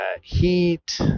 heat